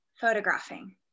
photographing